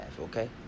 okay